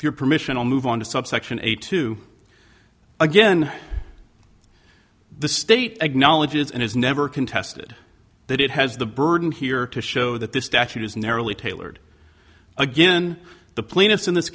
your permission i'll move on to subsection eight to again the state of knowledge is and has never contested that it has the burden here to show that this statute is narrowly tailored again the plaintiffs in this